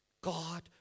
God